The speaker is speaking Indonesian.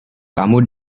kamu